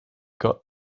got